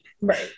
right